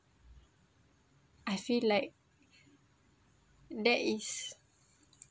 I feel like that is